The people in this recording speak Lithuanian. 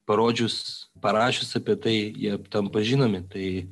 parodžius parašius apie tai jie tampa žinomi tai